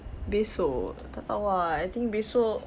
besok tak tahu ah I think besok